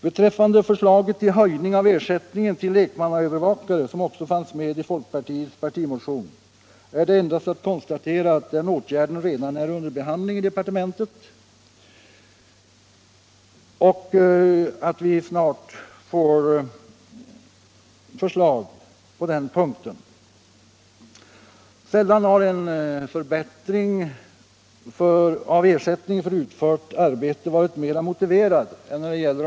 Beträffande förslaget till höjning av ersättningen till lekmannaövervakare, som också fanns med i folkpartiets partimotion, är det endast att konstatera att den åtgärden redan är under behandling i departementet och att vi snart får förslag på den punkten. Sällan har en förbättring av ersättningen för utfört arbete varit mer motiverad än i detta fall.